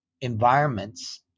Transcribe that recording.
environments